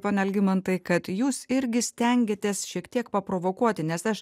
pone algimantai kad jūs irgi stengiatės šiek tiek paprovokuoti nes aš